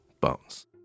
bones